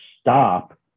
stop